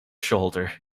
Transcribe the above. shoulder